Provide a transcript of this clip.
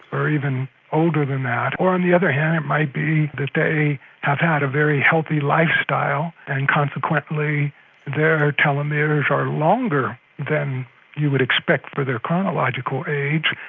or even older than that. or on the other hand it might be that they have had a very healthy lifestyle and consequently their telomeres are longer than you would expect for their chronological age,